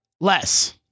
Less